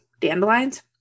dandelions